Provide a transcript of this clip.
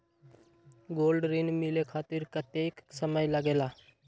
Gold ऋण मिले खातीर कतेइक समय लगेला?